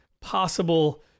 possible